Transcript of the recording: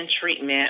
treatment